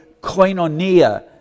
koinonia